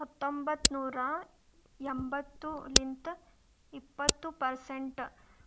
ಹತೊಂಬತ್ತ ನೂರಾ ಎಂಬತ್ತು ಲಿಂತ್ ಇಪ್ಪತ್ತು ಪರ್ಸೆಂಟ್